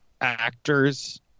actors